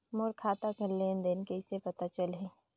मोर खाता कर लेन देन कइसे पता चलही?